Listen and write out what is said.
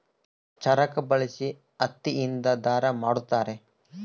ಚರಕ ಬಳಸಿ ಹತ್ತಿ ಇಂದ ದಾರ ಮಾಡುತ್ತಾರೆ